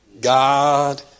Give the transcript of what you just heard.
God